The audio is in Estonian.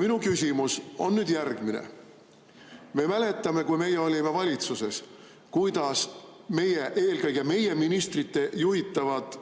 minu küsimus on järgmine. Me mäletame, et kui meie olime valitsuses, siis eelkõige meie ministrite juhitavates